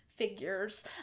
figures